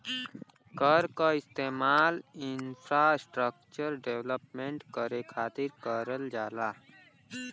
कर क इस्तेमाल इंफ्रास्ट्रक्चर डेवलपमेंट करे खातिर करल जाला